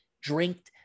drank